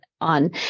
on